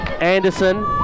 Anderson